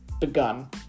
begun